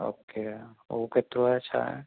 okay ओ केतिरो आहे छा आहे